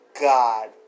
God